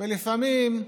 לפעמים,